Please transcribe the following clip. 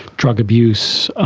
drug abuse,